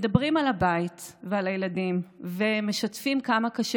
מדברים על הבית ועל הילדים ומשתפים כמה קשה